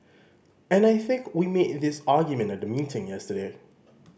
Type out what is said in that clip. and I think we made this argument at the meeting yesterday